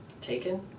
taken